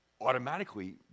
automatically